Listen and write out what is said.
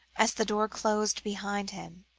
as the door closed behind him,